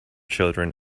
children